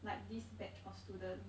like this batch of students